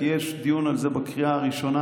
כי יש דיון על זה בקריאה הראשונה,